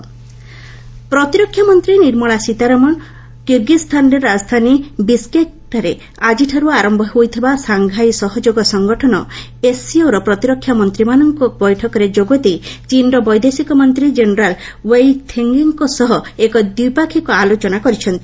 Sitharaman SCO ପ୍ରତିରକ୍ଷା ମନ୍ତ୍ରୀ ନିର୍ମଳା ସୀତାରମଣ କିରଗିଜ୍ଞାନର ରାଜଧାନୀ ବିସ୍କେକ୍ରେ ଆଜିଠାର୍ ଆରମ୍ଭ ହୋଇଥିବା ସାଙ୍ଘାଇ ସହଯୋଗ ସଙ୍ଗଠନ ଏସ୍ସିଓର ପ୍ରତିରକ୍ଷା ମନ୍ତ୍ରୀମାନଙ୍କ ବୈଠକରେ ଯୋଗଦେଇ ଚୀନ୍ର ବୈଦେଶିକ ମନ୍ତ୍ରୀ ଜେନେରାଲ୍ ଓ୍ବେଇ ଥେଙ୍ଗେଙ୍କ ସହ ଏକ ଦ୍ୱିପାକ୍ଷିକ ଆଲୋଚନା କରିଛନ୍ତି